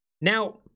Now